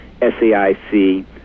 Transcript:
SAIC